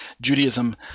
Judaism